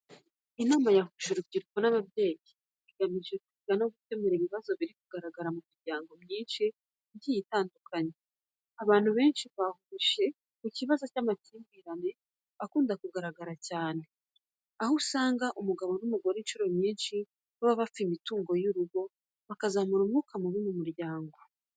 Inama yahuje urubyiruko n'ababyeyi igamije ku kwiga no gukemura ibibazo biri kugaragara mu miryango myinshi igiye itandukanye. Abantu benshi bahurije ku kibazo cy'amakimbirane akunda kugaragara cyane, aho usanga umugabo n'umugore incuro nyinshi baba bapfa imitungo y'urugo, bikazamura umwuka mubi mu muryango.